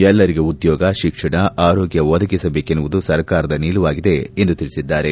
ಎಲ್ಲರಿಗೂ ಉದ್ಯೋಗ ತಿಕ್ಷಣ ಆರೋಗ್ಯ ಒದಗಿಸಬೇಕೆನ್ನುವುದು ಸರ್ಕಾರದ ನಿಲುವಾಗಿದೆ ಎಂದು ತಿಳಿಸಿದ್ದಾರೆ